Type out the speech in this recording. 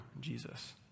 Jesus